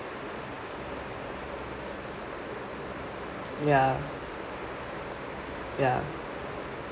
ya ya